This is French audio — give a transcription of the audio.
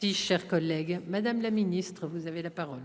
Si cher collègue Madame la Ministre, vous avez la parole.